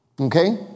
Okay